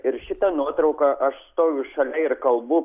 ir šita nuotrauka aš stoviu šalia ir kalbu